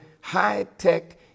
high-tech